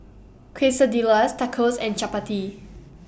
Quesadillas Tacos and Chapati